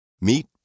Meet